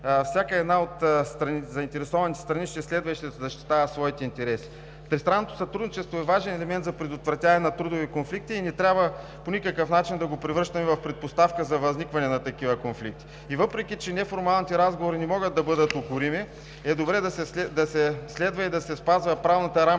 всяка една от заинтересованите страни ще следва и ще защитава своите интереси. Тристранното сътрудничество е важен елемент за предотвратяване на трудови конфликти и не трябва по никакъв начин да го превръщаме в предпоставка за възникване на такива конфликти. И въпреки че неформалните разговори не могат да бъдат укорими, добре е да се следва и да се спазва правилната рамка